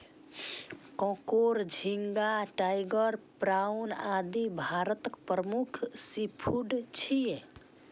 कांकोर, झींगा, tiger prawn, आदि भारतक प्रमुख सीफूड छियै